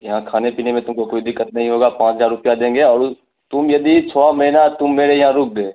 यहाँ खाने पीने में तुमको कोई दिक्कत नहीं होगा पाँच हजार रूपया देंगे और वो तुम यदि छ महीना तुम मेरे यहाँ रुक गए